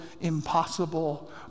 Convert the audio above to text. impossible